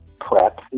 prep